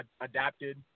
adapted